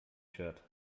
shirt